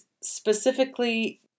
specifically